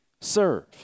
serve